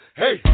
hey